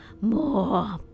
more